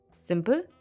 Simple